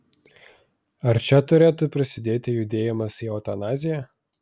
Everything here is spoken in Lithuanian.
ar čia turėtų prasidėti judėjimas į eutanaziją